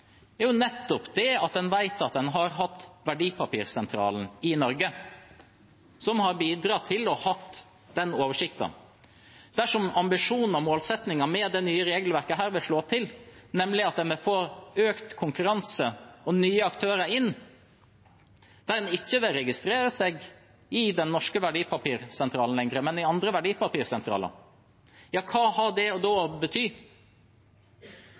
er nettopp at en vet at en har hatt Verdipapirsentralen i Norge, som har bidratt til å ha den oversikten. Dersom ambisjonen og målsettingen med dette nye regelverket vil slå til – nemlig at en vil få økt konkurranse og nye aktører inn, der en ikke lenger vil registrere seg i den norske verdipapirsentralen, men i andre verdipapirsentraler – ja, hva har det da å bety